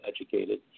educated